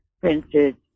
printed